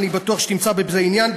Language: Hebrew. אני בטוח שתמצא בזה עניין,